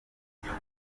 bagiye